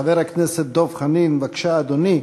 חבר הכנסת דב חנין, בבקשה, אדוני,